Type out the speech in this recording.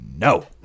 No